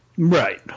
Right